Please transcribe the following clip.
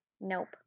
Nope